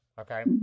okay